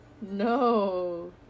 no